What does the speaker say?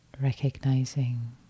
recognizing